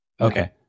Okay